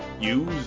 Use